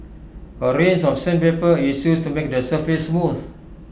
A range of sandpaper is used to make the surface smooth